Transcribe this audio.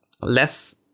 less